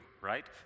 right